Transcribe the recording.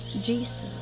Jesus